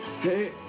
Hey